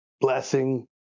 Blessing